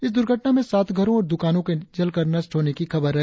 इस दुर्घटना में सात घरो और दुकानो के जलकर नष्ट होने की खबर है